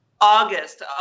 August